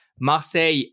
Marseille